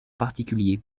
particulier